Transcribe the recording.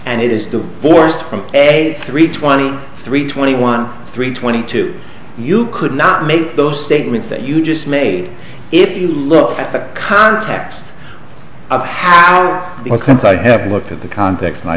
and it is divorced from a three twenty three twenty one three twenty two you could not make those statements that you just made if you look at the context of how because i have looked at the context and i